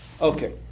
Okay